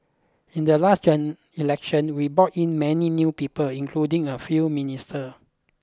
in the last General Election we brought in many new people including a few minister